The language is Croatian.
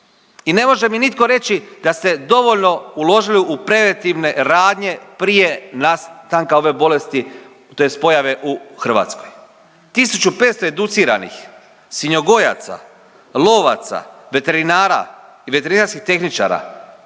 I ne može mi nitko reći da ste dovoljno uložili u preventivne radnje prije nastanka ove bolesti tj. pojave u Hrvatskoj. 1.500 educiranih svinjogojaca, lovaca, veterinara i veterinarskih tehničara